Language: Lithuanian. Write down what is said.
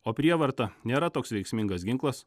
o prievarta nėra toks veiksmingas ginklas